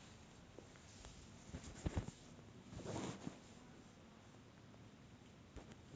आरोग्य विमा मिळाल्याने सुरेश कुमार यांना ऑपरेशनची पूर्ण रक्कम मिळाली